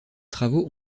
travaux